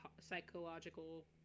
psychological